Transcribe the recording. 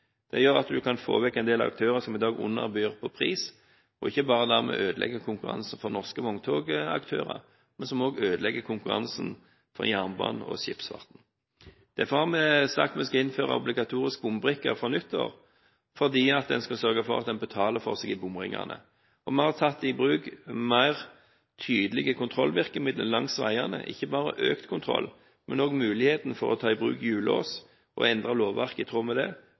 Det gjør at en kan få vekk en del aktører som i dag underbyr på pris og dermed ødelegger konkurransen, ikke bare for norske vogntogaktører, men òg for jernbanen og skipsfarten. Derfor har vi sagt at vi skal innføre obligatorisk bombrikke fra nyttår, for at den skal sørge for at en betaler for seg i bomringene. Vi har tatt i bruk tydeligere kontrollvirkemidler langs veiene, ikke bare økt kontroll, men òg muligheten for å ta i bruk hjullås. Vi har endret lovverket i tråd med det,